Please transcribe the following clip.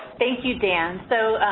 thank you, dan. so,